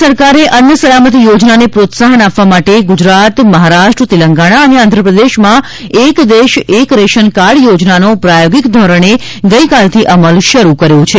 કેન્દ્ર સરકારે અન્ન સલામતી યોજનાને પ્રોત્સાહન આપવા માટે ગુજરાત મહારાષ્ટ્ર તેલંગણા અને આંધ્રપ્રદેશમાં એકદેશ એક રેશન કાર્ડ યોજનાનો પ્રાયોગીક ધોરણે ગઇકાલથી અમલ શરૂ કર્યો છે